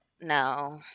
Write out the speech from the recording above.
No